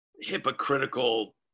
hypocritical